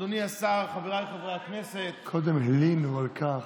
אדוני השר, חבריי חברי הכנסת, קודם הלינו על כך.